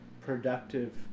productive